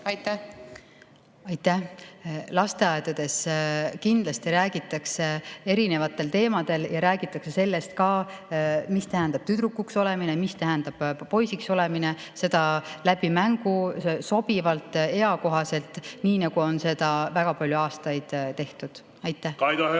tehtud. Aitäh! Lasteaedades kindlasti räägitakse erinevatel teemadel ja räägitakse sellest ka, mida tähendab tüdrukuks olemine, mis tähendab poisiks olemine. Seda läbi mängu, sobivalt, eakohaselt, nii nagu on seda väga palju aastaid tehtud. Kaido